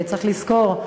צריך לזכור,